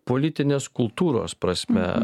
politinės kultūros prasme